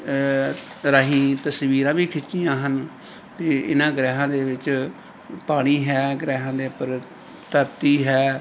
ਰਾਹੀਂ ਤਸਵੀਰਾਂ ਵੀ ਖਿੱਚੀਆਂ ਹਨ ਅਤੇ ਇਹਨਾਂ ਗ੍ਰਹਿਆਂ ਦੇ ਵਿੱਚ ਪਾਣੀ ਹੈ ਗ੍ਰਹਿਆਂ ਦੇ ਉੱਪਰ ਧਰਤੀ ਹੈ